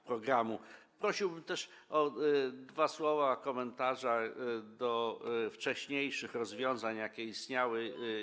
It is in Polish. Prosiłbym też o dwa słowa komentarza do wcześniejszych rozwiązań, jakie istniały.